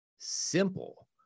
simple